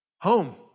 Home